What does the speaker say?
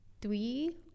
Three